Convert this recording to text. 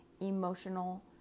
emotional